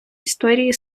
історії